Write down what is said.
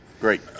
Great